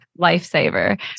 lifesaver